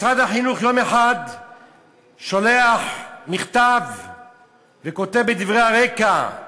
משרד החינוך יום אחד שולח מכתב וכותב בדברי הרקע: